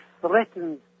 threatened